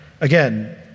again